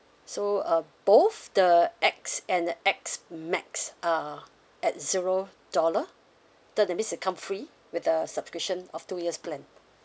so uh both the X and the X max are at zero dollar so that means they come free with the subscription of two years plan